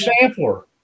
sampler